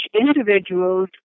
individuals